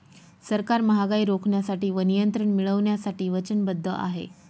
सरकार महागाई रोखण्यासाठी व नियंत्रण मिळवण्यासाठी वचनबद्ध आहे